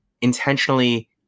intentionally